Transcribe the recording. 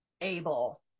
able